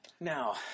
Now